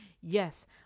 Yes